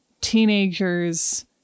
teenagers